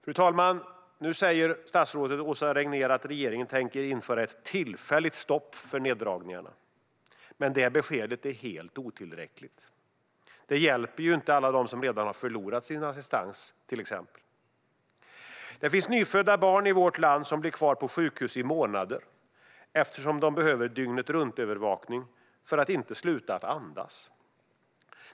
Fru talman! Statsrådet Åsa Regnér säger nu att regeringen tänker införa ett tillfälligt stopp för neddragningarna, men det beskedet är helt otillräckligt. Det hjälper till exempel inte alla dem som redan har förlorat sin assistans. Det finns nyfödda barn i vårt land som blir kvar på sjukhus i månader, eftersom de behöver dygnetruntövervakning för att inte sluta andas.